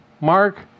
mark